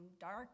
dark